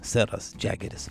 seras džegeris